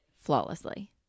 flawlessly